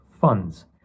funds